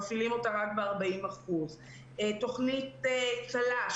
מפעילים אותה רק ב-40%; תוכנית צל"ש,